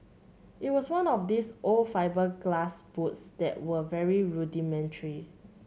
it was one of these old fibreglass boats that were very rudimentary